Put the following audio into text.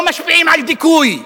לא משפיעים על דיכוי,